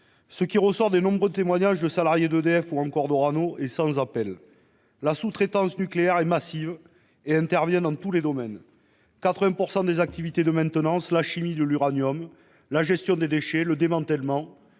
Ce qui ressort de nombreux témoignages de salariés d'EDF ou encore d'Orano est sans appel : la sous-traitance nucléaire est massive et intervient dans tous les domaines- 80 % des activités de maintenance, la chimie de l'uranium, la gestion des déchets, le démantèlement.